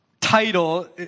title